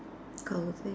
closing